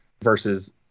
versus